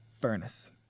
furnace